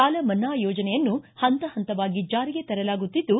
ಸಾಲ ಮನ್ನಾ ಯೋಜನೆಯನ್ನು ಹಂತ ಹಂತವಾಗಿ ಜಾರಿಗೆ ತರಲಾಗುತ್ತಿದ್ದು